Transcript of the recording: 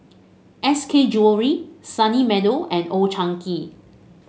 S K Jewellery Sunny Meadow and Old Chang Kee